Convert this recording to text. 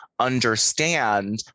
understand